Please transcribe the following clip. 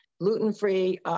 Gluten-free